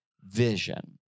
vision